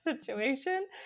situation